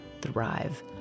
thrive